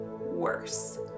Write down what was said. worse